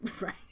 Right